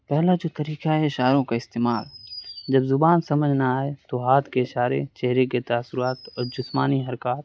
پہلا جو طریقہ ہے اشاروں کا استعمال جب زبان سمجھ نہ آئے تو ہاتھ کے اشارے چہرے کے تاثرات اور جسمانی حرکات